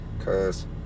Cause